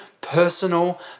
personal